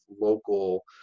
local